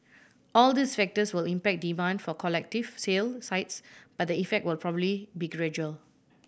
all these factors will impact demand for collective sale sites but the effect will probably be gradual